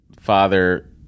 father